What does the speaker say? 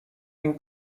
این